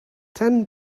ten